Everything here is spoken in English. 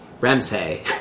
Ramsay